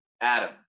Adam